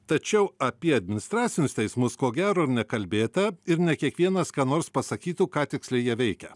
tačiau apie administracinius teismus ko gero nekalbėta ir ne kiekvienas ką nors pasakytų ką tiksliai jie veikia